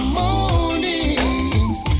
mornings